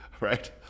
right